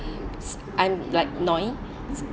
I'm like noi